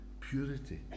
purity